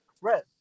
red